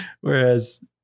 Whereas